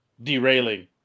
Derailing